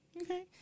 Okay